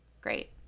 great